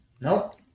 Nope